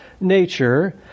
nature